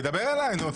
תדבר אליי, נו.